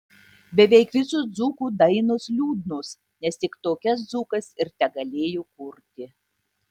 beveik visos dzūkų dainos liūdnos nes tik tokias dzūkas ir tegalėjo kurti